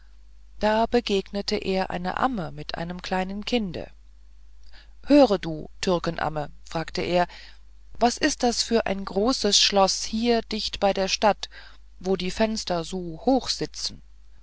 da begegnete er einer amme mit einem kleinen kinde höre du türkenamme fragte er was ist das für ein großes schloß hier dicht bei der stadt wo die fenster so hoch sitzen